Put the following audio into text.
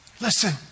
Listen